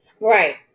Right